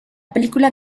película